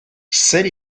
zer